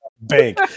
bank